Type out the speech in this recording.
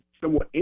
somewhat